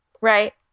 Right